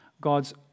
God's